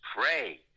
pray